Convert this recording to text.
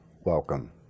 welcome